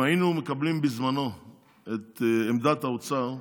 אם היינו מקבלים בזמנו את עמדת האוצר,